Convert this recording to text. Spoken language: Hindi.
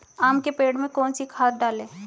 आम के पेड़ में कौन सी खाद डालें?